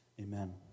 Amen